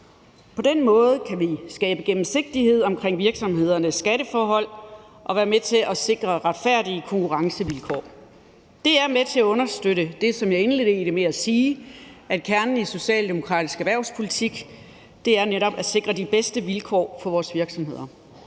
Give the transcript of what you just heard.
På den måde kan vi skabe gennemsigtighed i virksomhedernes skatteforhold og være med til at sikre retfærdige konkurrencevilkår. Det er med til at understøtte det, som jeg indledte med at sige, nemlig at kernen i socialdemokratisk erhvervspolitik netop er at sikre de bedste vilkår for vores virksomheder.